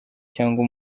cyangwa